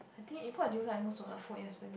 I think what did you like most of the food yesterday